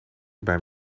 bij